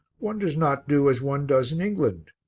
one does not do as one does in england.